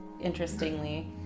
interestingly